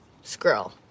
scroll